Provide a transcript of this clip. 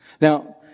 Now